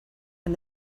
and